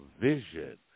vision